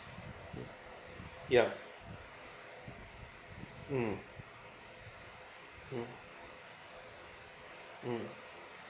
mm yeah mm